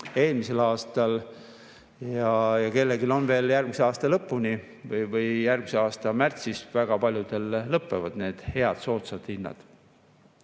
eelmisel aastal, kellelgi kehtib see veel järgmise aasta lõpuni või järgmise aasta märtsini, kui väga paljudel lõpevad need head soodsad hinnad. Aga